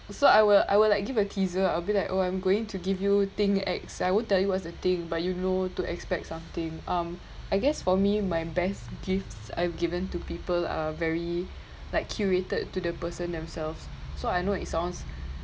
so I will I will like give a teaser I'll be like oh I'm going to give you thing X I won't tell you what's a thing but you know to expect something um I guess for me my best gifts I've given to people are very like curated to the person themselves so I know it sounds